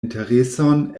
intereson